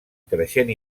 creixent